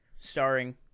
starring